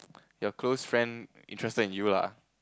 your close friend interested in you lah